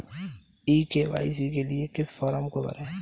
ई KYC के लिए किस फ्रॉम को भरें?